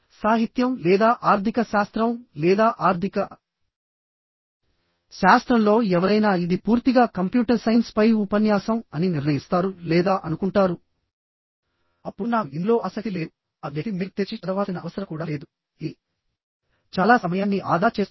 సాహిత్యం లేదా ఆర్థిక శాస్త్రం లేదా ఆర్థిక శాస్త్రంలో ఎవరైనా ఇది పూర్తిగా కంప్యూటర్ సైన్స్ పై ఉపన్యాసం అని నిర్ణయిస్తారు లేదా అనుకుంటారు అప్పుడు నాకు ఇందులో ఆసక్తి లేదు ఆ వ్యక్తి మెయిల్ తెరిచి చదవాల్సిన అవసరం కూడా లేదు ఇది చాలా సమయాన్ని ఆదా చేస్తుంది